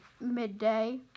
midday